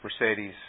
Mercedes